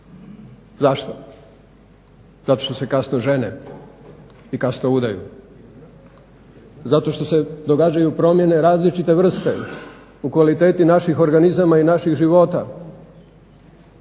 Zašto? Zato što se kasno žene i kasno udaju. Zato što se događaju promjene različite vrste u kvaliteti naših organizama i naših života.